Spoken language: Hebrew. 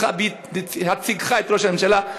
בייצגך את ראש הממשלה,